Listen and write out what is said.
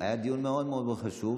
היה דיון מאוד מאוד חשוב.